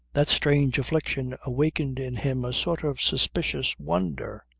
that strange affliction awakened in him a sort of suspicious wonder.